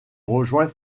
rejoint